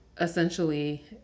essentially